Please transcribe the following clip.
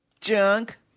Junk